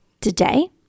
Today